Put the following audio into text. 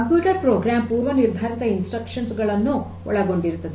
computer program ಪೂರ್ವ ನಿರ್ಧಾರಿತ instruction ಗಳನ್ನು ಒಳಗೊಂಡಿರುತ್ತದೆ